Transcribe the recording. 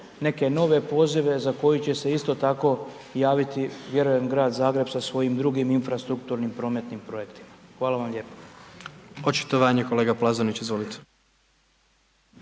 neke nove pozive, za koje će se isto tako javiti vjerujem Grad Zagreb sa svojim infrastrukturnim prometnim projektima. Hvala vam lijepo. **Jandroković, Gordan